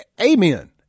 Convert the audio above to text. Amen